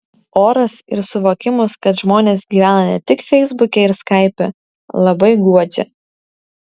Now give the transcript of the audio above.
oras ir suvokimas kad žmonės gyvena ne tik feisbuke ir skaipe labai guodžia